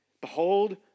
Behold